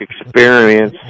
experience